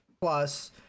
plus